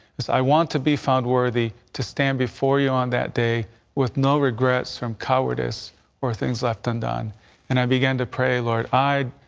i want to be found worthy to stand before you on that day with no regrets from cowardice or things left undone and i began to pray lord high.